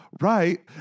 Right